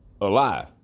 alive